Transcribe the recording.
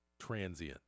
transient